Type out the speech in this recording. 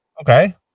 Okay